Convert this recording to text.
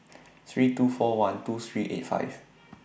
three two four one two three eight five